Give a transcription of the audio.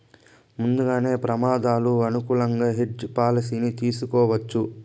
ముందుగానే ప్రమాదాలు అనుకూలంగా హెడ్జ్ పాలసీని తీసుకోవచ్చు